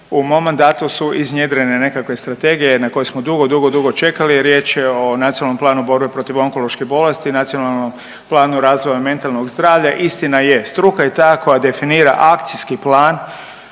u mom mandatu su iznjedrene nekakve strategije na koje smo dugo, dugo čekali i riječ je o Nacionalnom planu borbe protiv onkološke bolesti, Nacionalnom planu razvoja mentalnog zdravlja. Istina je, struka je ta koja definira akcijski plan